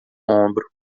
ombro